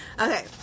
Okay